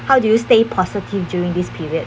how do you stay positive during this period